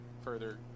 further